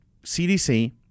CDC